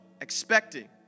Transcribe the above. expecting